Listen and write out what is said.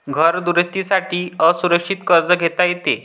घर दुरुस्ती साठी असुरक्षित कर्ज घेता येते